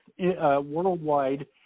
worldwide